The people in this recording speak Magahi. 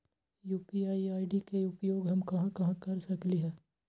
यू.पी.आई आई.डी के उपयोग हम कहां कहां कर सकली ह?